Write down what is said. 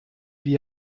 wie